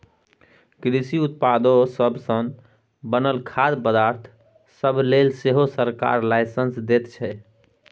कृषि उत्पादो सब सँ बनल खाद्य पदार्थ सब लेल सेहो सरकार लाइसेंस दैत छै